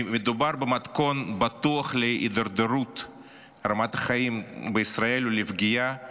מדובר במתכון בטוח להידרדרות רמת החיים בישראל ולפגיעה